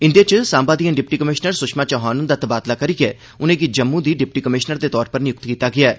इंदे च सांबा दिए डिप्टी कमिशनर सुषमा चौहान हुंदा तबादला करियै उनें'गी जम्मू दी डिप्टी कमिशनर दे तौर पर नियुक्त कीता गेआ ऐ